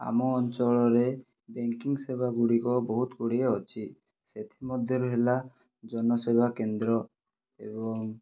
ଆମ ଅଞ୍ଚଳରେ ବ୍ୟାଙ୍କିଙ୍ଗ ସେବା ଗୁଡ଼ିକ ବହୁତ ଗୁଡ଼ିଏ ଅଛି ସେଥିମଧ୍ୟରୁ ହେଲା ଜନସେବା କେନ୍ଦ୍ର ଏବଂ